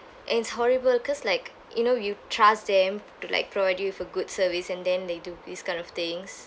and it's horrible cause like you know you trust them to like provide you with a good service and then they do this kind of things